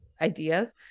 ideas